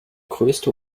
größte